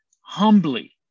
humbly